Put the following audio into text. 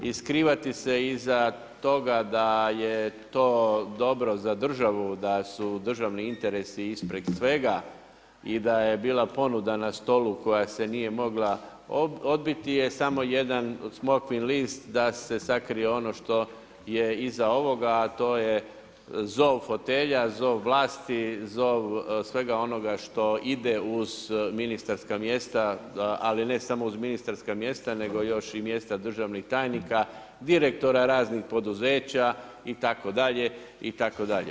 I skrivati se iza toga da je to dobro za državu, da su državni interesi ispred svega i da je bila ponuda na stolu koja se nije mogla odbiti je samo jedan smokvin list da se sakrije ono što je iza ovoga, a to je zov fotelja, zov vlasti, zov svega onoga što ide uz ministarska mjesta, ali ne samo uz ministarska mjesta nego još i mjesta državnih tajnika, direktora raznih poduzeća itd., itd.